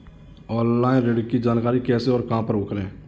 Online ऋण की जानकारी कैसे और कहां पर करें?